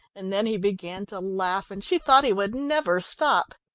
and then he began to laugh, and she thought he would never stop.